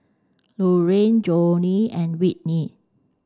Lurline Jonnie and Whitney